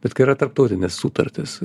bet kai yra tarptautinės sutartys